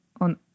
on